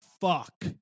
fuck